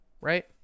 right